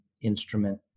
instrument